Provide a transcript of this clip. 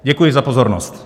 Děkuji za pozornost.